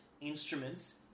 instruments